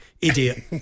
Idiot